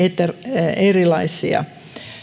erilaisia